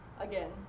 Again